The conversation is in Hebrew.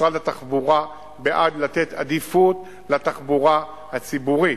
משרד התחבורה, בעד לתת עדיפות לתחבורה הציבורית,